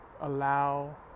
allow